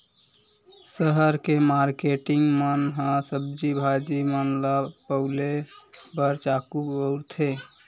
सहर के मारकेटिंग मन ह सब्जी भाजी मन ल पउले बर चाकू बउरथे